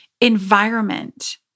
environment